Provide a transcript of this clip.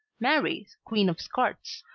mary, queen of scots,